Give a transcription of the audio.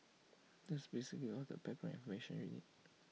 that's basically all the background information you need